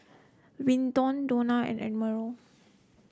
Vinton Donna and Admiral